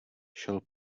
šel